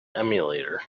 emulator